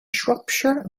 shropshire